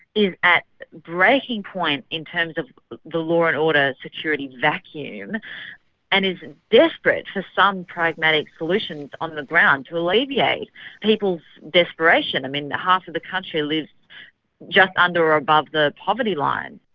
is at breaking point in terms of the law and order security vacuum and is desperate for some pragmatic solutions on the ground to alleviate people's desperation. i mean and half of the country lives just under or above the poverty line.